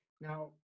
now